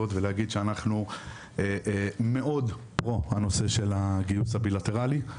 ולהגיד שאנחנו מאוד פרו הנושא הגיוס הבילטרלי,